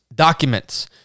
documents